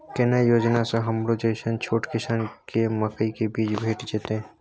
केना योजना स हमरो जैसन छोट किसान के मकई के बीज भेट जेतै?